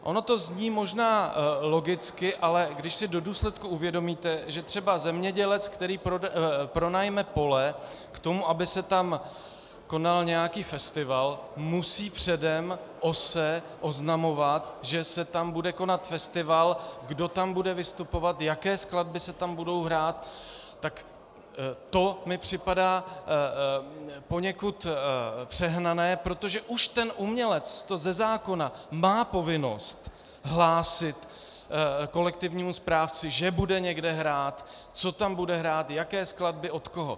Ono to zní možná logicky, ale když si do důsledku uvědomíte, že třeba zemědělec, který pronajme pole k tomu, aby se tam konal nějaký festival, musí předem OSA oznamovat, že se tam bude konat festival, kdo tam bude vystupovat, jaké skladby se tam budou hrát, tak to mi připadá poněkud přehnané, protože už ten umělec to ze zákona má povinnost hlásit kolektivnímu správci, že bude někde hrát, co tam bude hrát, jaké skladby, od koho.